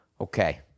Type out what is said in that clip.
Okay